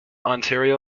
ontario